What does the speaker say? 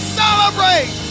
celebrate